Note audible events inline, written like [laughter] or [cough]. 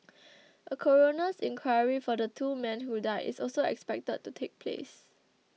[noise] a coroner's inquiry for the two men who died is also expected to take place